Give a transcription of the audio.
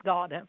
God